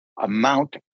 amount